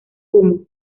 humo